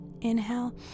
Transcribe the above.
Inhale